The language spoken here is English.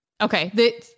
Okay